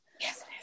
yes